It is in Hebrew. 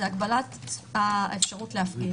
הגבלת האפשרות להפגין.